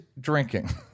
drinking